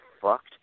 fucked